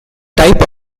type